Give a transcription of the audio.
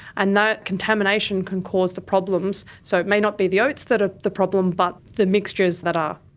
and that contamination can cause the problems. so it may not be the oats that are the problem but the mixtures that are.